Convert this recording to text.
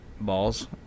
balls